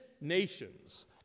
nations